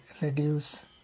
reduce